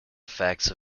effects